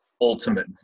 ultimate